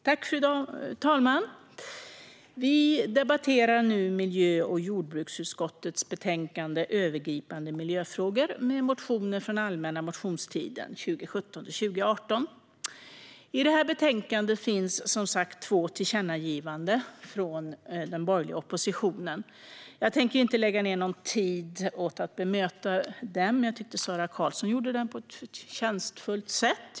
Fru talman! Vi debatterar nu miljö och jordbruksutskottets betänkande Övergripande miljöfrågor , där motioner från allmänna motionstiden 2017/18 behandlas. I betänkandet finns två tillkännagivanden från den borgerliga oppositionen. Jag tänker inte lägga ned någon tid åt att bemöta dem, utan jag tycker att Sara Karlsson gjorde så på ett förtjänstfullt sätt.